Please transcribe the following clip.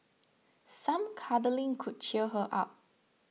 some cuddling could cheer her up